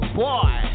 boy